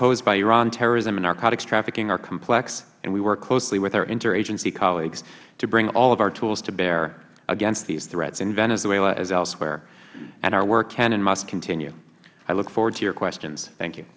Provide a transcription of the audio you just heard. posed by iran terrorism and narcotics trafficking are complex and we work closely with our interagency colleagues to bring all of our tools to bear against these threats in venezuela as elsewhere and our work can and must continue i look forward to your questions thank you